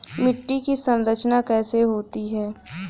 मिट्टी की संरचना कैसे होती है?